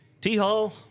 T-Hall